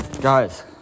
Guys